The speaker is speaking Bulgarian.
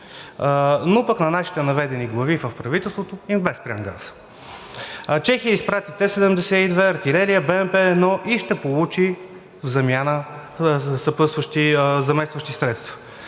Но пък на нашите наведени глави в правителството им бе спрян газът. Чехия изпрати Т-72, артилерия, BMP-1 и ще получи в замяна заместващи средства.